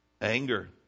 anger